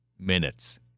Minutes